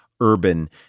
urban